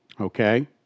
Okay